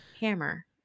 Hammer